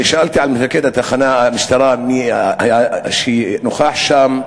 שאלתי את מפקד תחנת המשטרה מי היה נוכח שם,